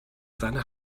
seine